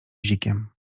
bzikiem